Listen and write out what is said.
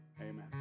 Amen